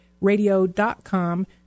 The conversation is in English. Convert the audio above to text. Radio.com